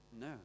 No